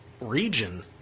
region